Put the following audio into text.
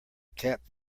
cap